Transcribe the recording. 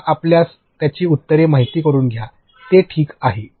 त्यांना आपल्यास त्याची उत्तरे माहित करुन द्या ते ठीक आहे